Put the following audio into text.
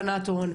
הדרום.